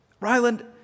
Ryland